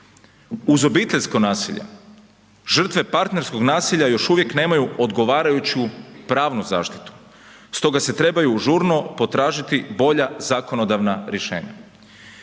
Uz obiteljsko nasilje, žrtve partnerskog nasilja još uvijek nemaju odgovarajuću pravnu zaštitu, stoga se trebaju žurno potražiti bolja zakonodavna rješenja.